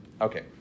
Okay